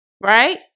right